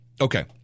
Okay